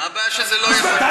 מה הבעיה שזה לא יהיה, מה הבעיה?